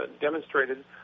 demonstrated